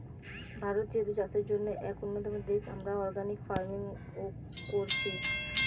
ভারত যেহেতু চাষের জন্যে এক উন্নতম দেশ, আমরা অর্গানিক ফার্মিং ও কোরছি